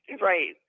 Right